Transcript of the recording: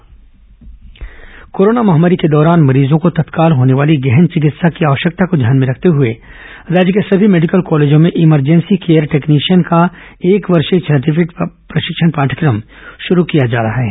certificate प्रशिक्षण पाठ यक्रम कोरोना महामारी के दौरान मरीजों को तत्काल होने वाली गहन चिकित्सा की आवश्यकता को ध्यान में रखते हए राज्य के सभी मेडिकल कॉलेजों में इमरजेंसी केयर टेक्नीशियन का एक वर्षीय सर्टिफिकेट प्रशिक्षण पाठ्चक्रम शुरू किया जा रहा है